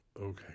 Okay